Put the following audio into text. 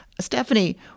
Stephanie